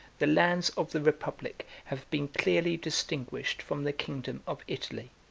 the lands of the republic have been clearly distinguished from the kingdom of italy.